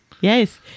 yes